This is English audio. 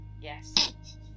Yes